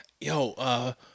Yo